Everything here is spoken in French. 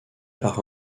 par